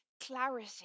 clarity